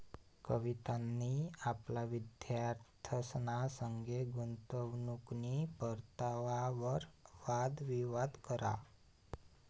कवितानी आपला विद्यार्थ्यंसना संगे गुंतवणूकनी परतावावर वाद विवाद करा